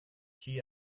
key